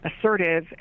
assertive